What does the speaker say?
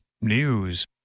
News